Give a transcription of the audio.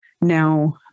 now